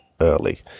early